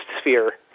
sphere